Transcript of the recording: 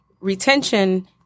retention